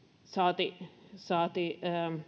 saati saati